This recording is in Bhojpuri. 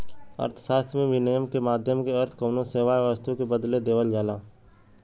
अर्थशास्त्र में, विनिमय क माध्यम क अर्थ कउनो सेवा या वस्तु के बदले देवल जाला